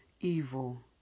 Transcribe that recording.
evil